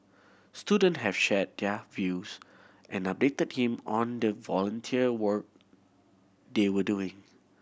student have shared their views and updated him on the volunteer work they were doing